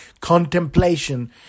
Contemplation